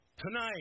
Tonight